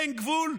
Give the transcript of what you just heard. אין גבול?